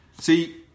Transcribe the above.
See